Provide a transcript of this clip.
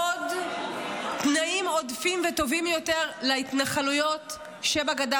עוד תנאים עודפים וטובים יותר להתנחלויות שבגדה